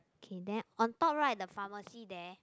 okay then on top right the pharmacy there